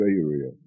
area